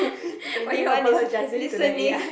if anyone is listening